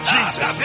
Jesus